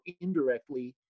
indirectly